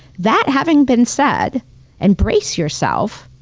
that having been said and brace yourself.